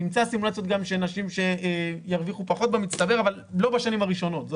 נמצא סימולציות של נשים שירוויחו פחות במצטבר אבל לא בשנים הראשונות.